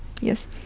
Yes